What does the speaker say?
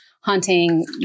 hunting